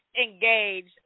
engaged